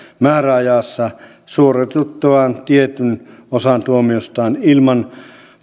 määräajassa suoritettuaan tietyn osan tuomiostaan ilman